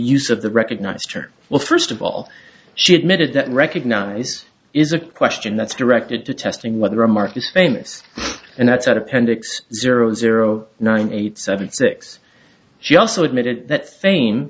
use of the recognized her well first of all she admitted that recognize is a question that's directed to testing what the remark is famous and that's at appendix zero zero nine eight seven six she also admitted that fame